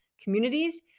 communities